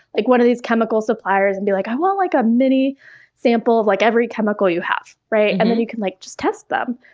like one of these chemical suppliers, and be like, i want like a mini sample of like every chemical you have, and then you can like just test them.